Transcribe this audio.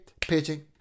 pitching